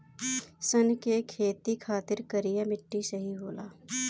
सन के खेती खातिर करिया मिट्टी सही होला